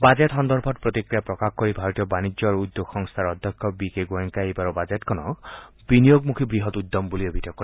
budget সন্দৰ্ভত প্ৰতিক্ৰিয়া প্ৰকাশ কৰি ভাৰতীয় বাণিজ্য আৰু উদ্যোগ সংস্থাৰ অধ্যক্ষ বি কে গোৱেংকাই এইবাৰৰ বাজেটখনক বিনিয়োগমুখী বৃহৎ উদ্যম বুলি অভিহিত কৰে